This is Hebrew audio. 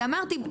אמרתי,